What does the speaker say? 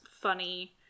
funny